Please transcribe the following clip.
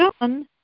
done